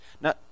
Now